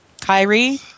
Kyrie